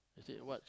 she said what